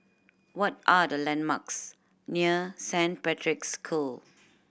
what are the landmarks near Saint Patrick's School